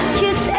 kiss